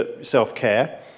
self-care